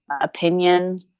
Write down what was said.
opinion